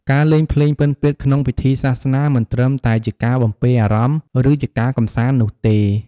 ការលេងភ្លេងពិណពាទ្យក្នុងពិធីសាសនាមិនត្រឹមតែជាការបំពេរអារម្មណ៍ ឬជាការកម្សាន្តនោះទេ។